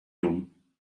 dumm